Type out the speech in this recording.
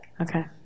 Okay